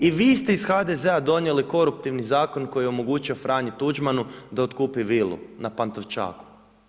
I vi ste iz HDZ-a donijeli koruptivni zakon koji je omogućio Franji Tuđmanu da otkupi vili na Pantovčaku.